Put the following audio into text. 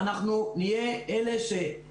אנחנו כבר מרגישים מצב של תביעות שמונחות לפתחנו,